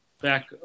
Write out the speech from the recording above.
Back